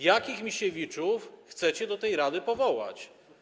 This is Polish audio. Jakich Misiewiczów chcecie do tej rady powołać?